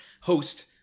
host